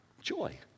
joy